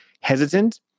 hesitant